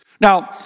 Now